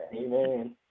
Amen